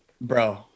Bro